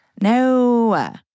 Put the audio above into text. No